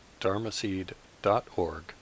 dharmaseed.org